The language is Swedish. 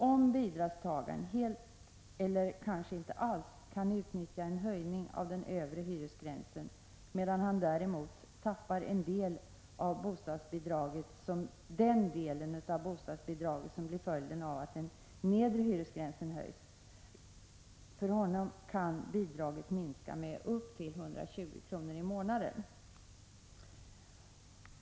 Om bidragstagaren inte helt eller kanske inte alls kan utnyttja en höjning av den övre hyresgränsen, medan han däremot tappar den del av bostadsbidraget som blir följden av att den nedre hyresgränsen höjs, kan bidraget minska med upp till 120 kr. i månaden.